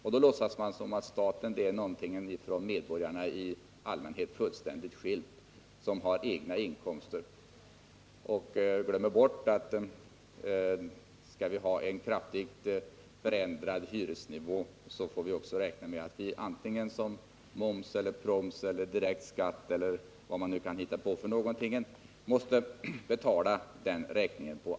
Man låtsas då som om staten vore någonting fullständigt skilt från medborgarna och med egna inkomster. Kommunisterna glömmer bort, att skall vi genomföra en kraftig ändring av hyresnivån, får vi också räkna med att man måste betala räkningen med moms, proms, direkt skatt eller med något annat som man kan hitta på.